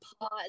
pause